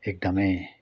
एकदमै